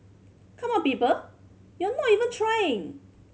come on people you're not even trying